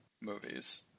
movies